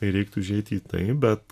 reiktų žiūrėt į tai bet